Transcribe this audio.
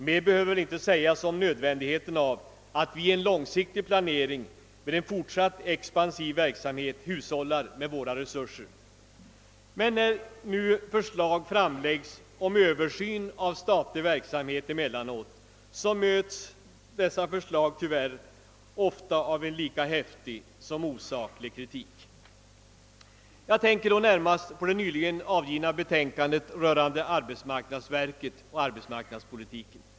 Mer behöver väl inte sägas om nödvändigheten av att vi i en långsiktig planering med en fortsatt expansiv verksamhet hushållar med våra resurser. När nu förslag framläggs om översyn av statlig verksamhet, möts dessa tyvärr ofta av en lika häftig som osaklig kritik. Jag tänker då närmast på det nyligen avgivna betänkandet »Arbetsmarknadsverket och arbetsmarknadspolitiken».